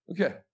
Okay